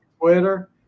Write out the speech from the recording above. Twitter